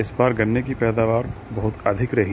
इस बार गन्ने की पैदावार अधिक रही